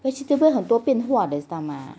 vegetable 很多变化的知道吗